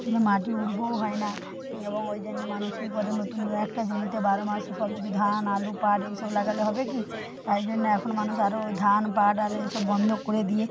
এবং মাটি উর্বর হয় না এবং ওই জন্য মানুষ কী করে নতুন ও একটা জমিতে বারো মাস সবজি ধান আলু পাট এই সব লাগালে হবে কি তাই জন্য এখন মানুষ আরও ধান পাট আর এইসব বন্ধ করে দিয়ে